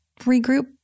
regroup